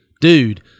Dude